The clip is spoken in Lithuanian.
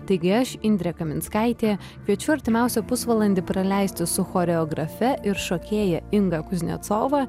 taigi aš indrė kaminskaitė kviečiu artimiausią pusvalandį praleisti su choreografe ir šokėja inga kuznecova